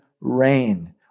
reign